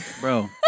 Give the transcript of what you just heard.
bro